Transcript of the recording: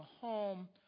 home